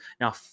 Now